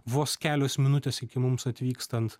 vos kelios minutės iki mums atvykstant